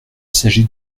s’agit